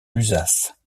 lusace